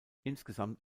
insgesamt